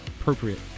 appropriate